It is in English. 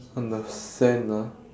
on the sand ah